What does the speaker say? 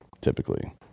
typically